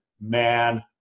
man